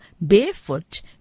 barefoot